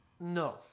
no